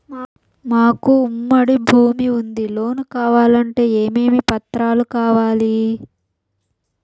మాకు ఉమ్మడి భూమి ఉంది లోను కావాలంటే ఏమేమి పత్రాలు కావాలి?